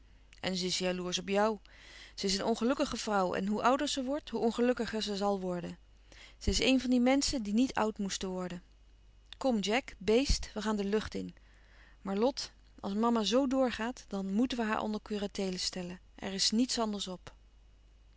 en ze is jaloersch op jou ze is een ongelukkige vrouw en hoe louis couperus van oude menschen de dingen die voorbij gaan ouder ze wordt hoe ongelukkiger ze zal worden ze is een van die menschen die niet oud moesten worden kom jack beest we gaan de lucht in maar lot als mama zoo door gaat dan moèten we haar onder curateele stellen er is niets anders op